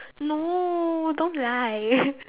no don't lie